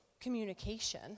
communication